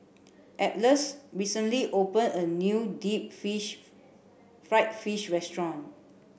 Atlas recently opened a new deep fried fish restaurant